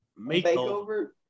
makeover